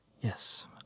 yes